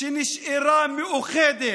שנשארה מאוחדת,